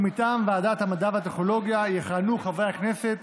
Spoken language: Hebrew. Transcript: מטעם ועדת המדע והטכנולוגיה יכהנו חברי הכנסת